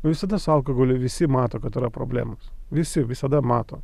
visada su alkoholiu visi mato kad yra problemos visi visada mato